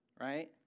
Right